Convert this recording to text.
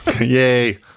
Yay